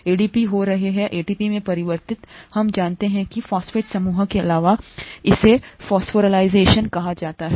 ADP हो रही है एटीपी में परिवर्तित हम जानते हैं कि फॉस्फेट समूह के अलावा इसे फॉस्फोराइलेशन कहा जाता है